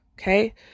Okay